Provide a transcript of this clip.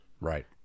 right